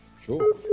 Sure